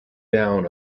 down